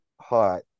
hot